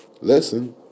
listen